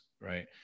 right